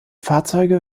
fahrzeuge